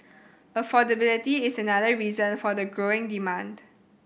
affordability is another reason for the growing demand